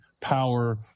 power